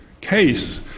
case